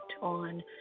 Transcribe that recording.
on